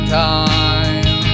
time